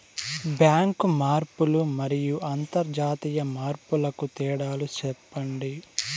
Bank మార్పులు మరియు అంతర్జాతీయ మార్పుల కు తేడాలు సెప్పండి?